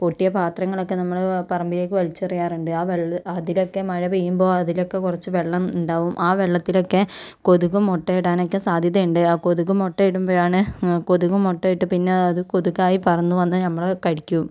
പൊട്ടിയ പാത്രങ്ങളൊക്കെ നമ്മൾ പറമ്പിലേക്ക് വലിച്ചെറിയാറുണ്ട് ആ വെള്ളം അതിലൊക്കെ മഴ പെയ്യുമ്പോൾ അതിലൊക്കെ കുറച്ചു വെള്ളം ഉണ്ടാകും ആ വെള്ളത്തിലൊക്കെ കൊതുക് മുട്ടയിടാനൊക്കെ സാദ്ധ്യത ഉണ്ട് ആ കൊതുക് മുട്ടയിടുമ്പോഴാണ് കൊതുക് മുട്ടയിട്ട് പിന്നെ അത് കൊതുകായി പറന്നു വന്ന് നമ്മളെ കടിക്കും